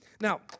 Now